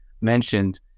mentioned